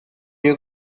you